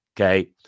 Okay